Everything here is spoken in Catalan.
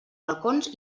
balcons